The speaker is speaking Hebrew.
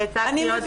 אני מבינה.